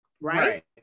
Right